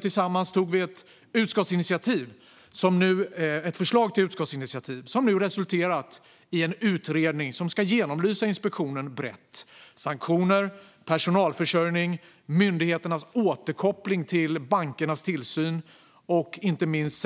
Tillsammans tog vi fram ett förslag till utskottsinitiativ, som nu resulterat i en utredning som ska genomlysa inspektionen brett och titta på sanktioner, personalförsörjning, myndigheternas återkoppling till bankernas tillsyn samt inte minst